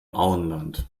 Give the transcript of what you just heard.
auenland